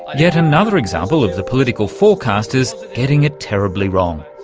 yet another example of the political forecasters getting it terribly wrong.